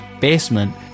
basement